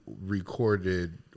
recorded